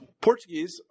Portuguese